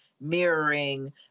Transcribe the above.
mirroring